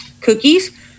cookies